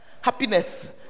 happiness